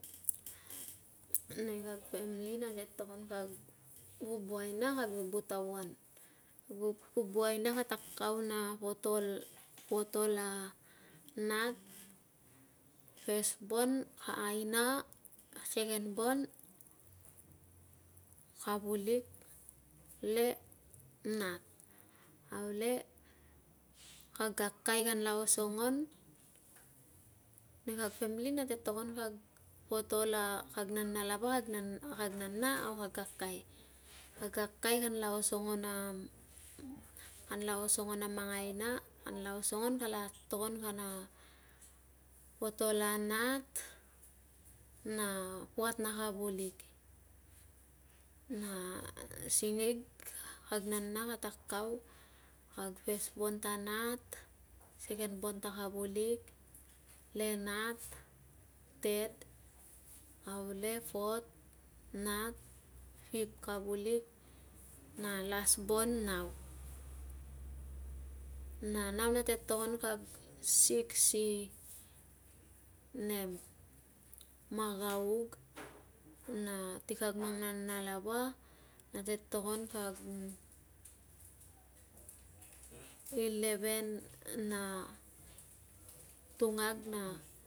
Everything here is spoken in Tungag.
nei kag family nate tokon kag bubu aina, kag bubu tawan. bu- bubu aina kata kau na potol potol na nat fes bon aina secon bon kavulikle nat, aule kag kakai kanla osongon, nei kag family kate tokon kag potol a, kag nana lava, kag na- nana, au kag kakai. Kag kakai kanla osongon am kanla osongon a mang aina, kanla osongon kanla tokon kana potol a nat na puat na kavulik. Na singig kag nana kata kau na kag fes bon ta nat, secon bon ta kavulik, le nat ted, aule fot nat fift kavulik, na las bon nau. Na nau nate togon kag six i nem magaug, na ti kag nana lava ate tokon kag eleven na tungag na